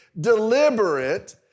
deliberate